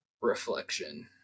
reflection